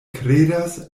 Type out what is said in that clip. kredas